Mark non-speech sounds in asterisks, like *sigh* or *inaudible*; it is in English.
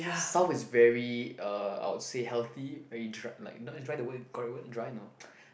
south is very uh I would say healthy very dr~ like not is dry the word correct word no *noise*